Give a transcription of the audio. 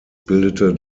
bildete